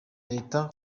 leta